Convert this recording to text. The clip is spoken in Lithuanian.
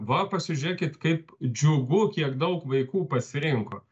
va pasižiūrėkit kaip džiugu kiek daug vaikų pasirinko